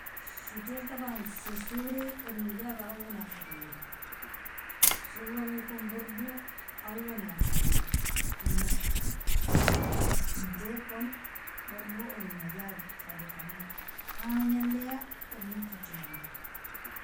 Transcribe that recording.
Shettel taban sesori oremga jaga aowa fana tigi, sawarikoni bardo aowa fana tigi famu, iskentikon bardo oremga jagi shado famu, anjalia oremel fajemona.